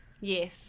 Yes